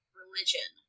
religion